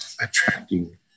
attracting